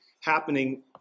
happening